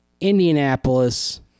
Indianapolis